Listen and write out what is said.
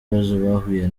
bahuye